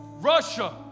Russia